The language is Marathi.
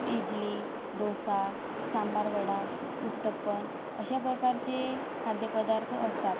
इडली डोसा सांबार वडा उत्थप्पन अशाप्रकारचे खाद्यपदार्थ असतात